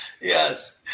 Yes